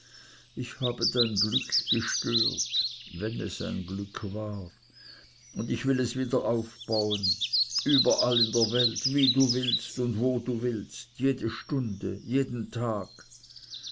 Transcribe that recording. ich habe dein glück gestört wenn es ein glück war und ich will es wieder aufbauen überall in der welt wie du willst und wo du willst jede stunde jeden tag